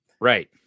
Right